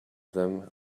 them